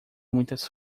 muitas